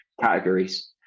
categories